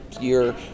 year